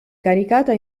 caricata